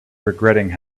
regretting